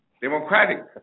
democratic